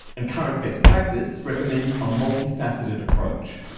and current best practice recommends a multifaceted approach.